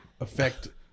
affect